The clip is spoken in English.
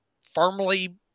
firmly